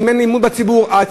אם אין לציבור אמון?